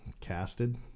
casted